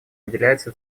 уделяется